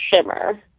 Shimmer